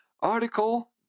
article